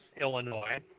Illinois